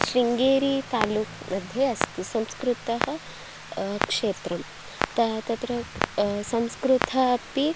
शृङ्गेरितालूक् मध्ये अस्ति संस्कृतः क्षेत्रं तत्र तत्र संस्कृतमपि